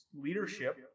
leadership